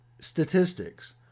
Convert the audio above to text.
statistics